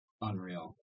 unreal